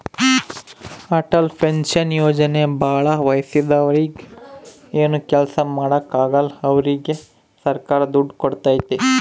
Atal pension ಯೋಜನೆ ಭಾಳ ವಯಸ್ಸಾದೂರಿಗೆ ಏನು ಕೆಲ್ಸ ಮಾಡಾಕ ಆಗಲ್ಲ ಅವ್ರಿಗೆ ಸರ್ಕಾರ ದುಡ್ಡು ಕೋಡ್ತೈತಿ